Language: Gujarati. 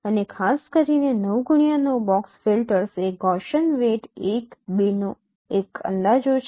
અને ખાસ કરીને 9x9 બોક્સ ફિલ્ટર્સ એ ગૌસીયન વેઈટ 1 2 નો એક અંદાજો છે